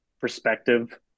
perspective